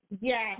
Yes